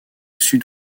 sud